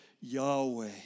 Yahweh